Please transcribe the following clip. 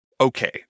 Okay